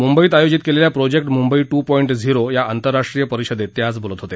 मुंबईत् आयोजीत केलेल्या project Mumbai two point zero या आतंरराष्ट्रीय परिषदेत ते आज बोलत होते